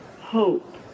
hope